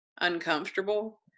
uncomfortable